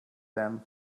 them